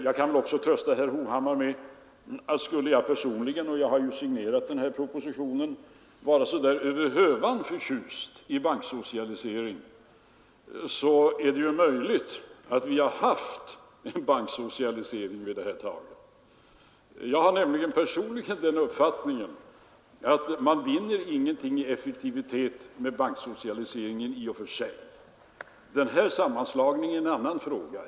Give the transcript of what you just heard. Jag kan också trösta herr Hovhammar med att skulle jag personligen — och jag ju har signerat denna proposition — vara så där över hövan förtjust i banksocialisering, är det möjligt att vi haft en banksocialisering vid detta laget. Men jag har den uppfattningen att man inte vinner något i effektivitet med banksocialisering i och för sig. Denna sammanslagning är en annan fråga.